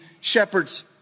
shepherds